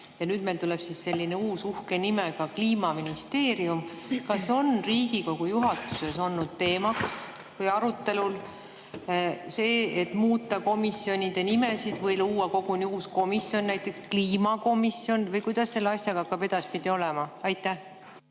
ja nüüd meil tuleb selline uus uhke nimega kliimaministeerium. Kas on Riigikogu juhatuses olnud teemaks või arutelul see, et muuta komisjonide nimesid või luua koguni uus komisjon, näiteks kliimakomisjon, või kuidas selle asjaga hakkab edaspidi olema? Ma